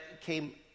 came